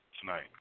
tonight